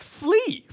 flee